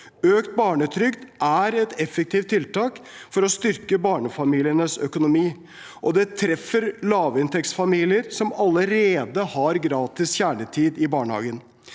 Økt barnetrygd er et effektivt tiltak for å styrke barnefamilienes økonomi, og det treffer også lavinntektsfamilier som allerede har gratis kjernetid i barnehagene.